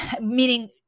meaning